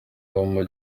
wabo